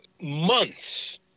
months